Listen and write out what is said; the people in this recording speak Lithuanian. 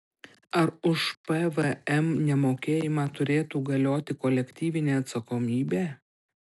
ar už pvm nemokėjimą turėtų galioti kolektyvinė atsakomybė